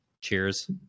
cheers